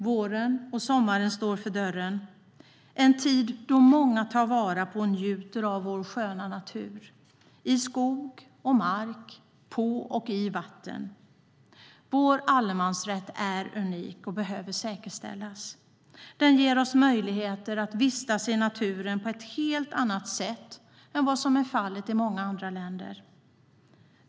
Våren och sommaren står för dörren - en tid då många tar vara på och njuter av vår sköna natur i skog och mark, på och i vatten. Vår allemansrätt är unik och behöver säkerställas. Den ger oss möjligheter att vistas i naturen på ett helt annat sätt än som är fallet i många andra länder.